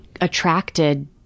attracted